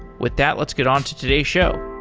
with that, let's get on to today's show.